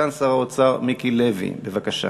יציג את הצעת החוק סגן שר האוצר מיקי לוי, בבקשה.